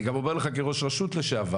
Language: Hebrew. אני גם אומר לך כראש רשות לשעבר,